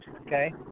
Okay